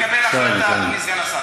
אדוני סגן השר,